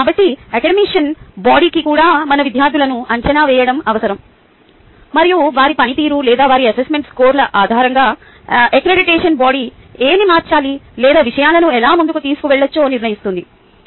కాబట్టి అక్రిడిటేషన్ బాడీకి కూడా మన విద్యార్థులను అంచనా వేయడం అవసరం మరియు వారి పనితీరు లేదా వారి అసెస్మెంట్ స్కోర్ల ఆధారంగా అక్రెడిటేషన్ బాడీ ఏమి మార్చాలి లేదా విషయాలను ఎలా ముందుకు తీసుకెళ్లవచ్చో నిర్ణయిస్తుంది